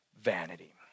vanity